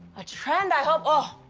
a trend i hope. oh,